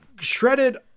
shredded